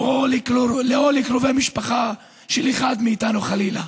או לקרובי משפחה של אחד מאיתנו, חלילה.